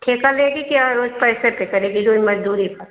ठेका लेगी कि रोज पैसे पर करेगी मजदूरी पर